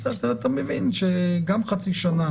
אתה מבין שגם חצי שנה